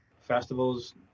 festivals